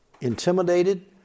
intimidated